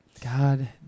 God